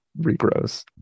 regrows